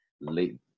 Late